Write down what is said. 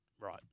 Right